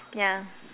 yeah